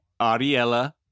Ariella